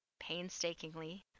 painstakingly